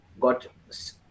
got